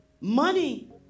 money